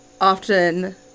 often